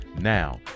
Now